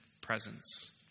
presence